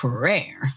Prayer